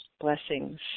Blessings